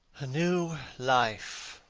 a new life!